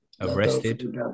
arrested